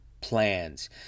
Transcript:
plans